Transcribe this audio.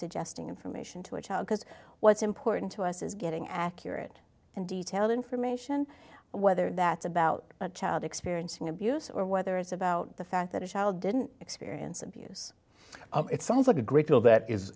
suggesting information to a child because what's important to us is getting accurate and detailed information whether that's about a child experiencing abuse or whether it's about the fact that a child didn't experience abuse it sounds like a great deal that is